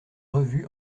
revues